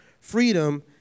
freedom